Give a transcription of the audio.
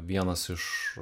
vienas iš